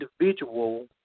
individual